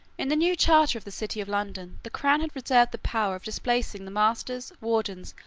in the new charter of the city of london the crown had reserved the power of displacing the masters, wardens,